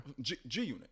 G-Unit